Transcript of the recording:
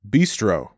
Bistro